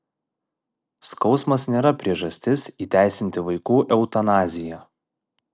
skausmas nėra priežastis įteisinti vaikų eutanaziją